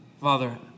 Father